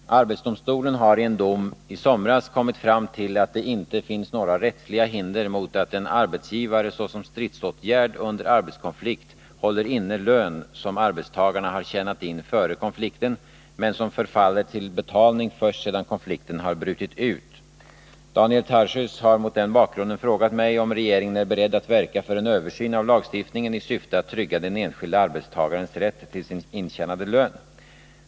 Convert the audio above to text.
Herr talman! Arbetsdomstolen har i en dom i somras kommit fram till att det inte finns några rättsliga hinder mot att en arbetsgivare såsom stridsåtgärd under arbetskonflikt håller inne lön som arbetstagaren har tjänat in före konflikten men som förfaller till betalning först sedan konflikten har brutit ut. Daniel Tarschys har mot den bakgrunden frågat mig, om regeringen är beredd att verka för en översyn av lagstiftningen i syfte att trygga den enskilde arbetstagarens rätt till sin intjänade lön.